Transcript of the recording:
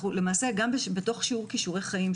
למעשה גם בתוך שיעור כישורי חיים,